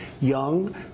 young